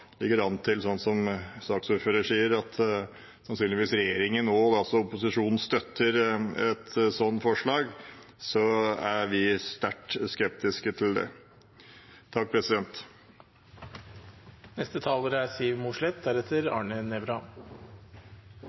ligger an til det som saksordføreren sier, at regjeringen, som opposisjonen, sannsynligvis støtter et slikt forslag, er vi sterkt skeptisk til det. Flertallet i komiteen, regjeringspartiene pluss Arbeiderpartiet, SV og Senterpartiet, er